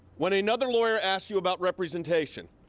when another lawyer asks you about representation,